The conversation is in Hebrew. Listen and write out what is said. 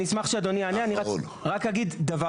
אני אשמח שאדוני יענה אני רק אגיד דבר